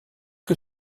que